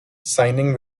signing